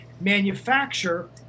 manufacture